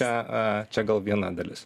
čia a čia gal viena dalis